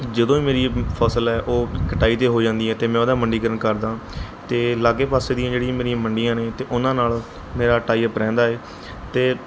ਜਦੋਂ ਮੇਰੀ ਫਸਲ ਹੈ ਉਹ ਕਟਾਈ ਦੇ ਹੋ ਜਾਂਦੀ ਹੈ ਅਤੇ ਮੈਂ ਉਹਦਾ ਮੰਡੀਕਰਨ ਕਰਦਾ ਅਤੇ ਲਾਗੇ ਪਾਸੇ ਦੀਆਂ ਜਿਹੜੀਆਂ ਮੇਰੀਆਂ ਮੰਡੀਆਂ ਨੇ ਅਤੇ ਉਹਨਾਂ ਨਾਲ ਮੇਰਾ ਟਾਈਅਪ ਰਹਿੰਦਾ ਹੈ ਅਤੇ